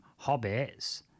Hobbits